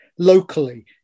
Locally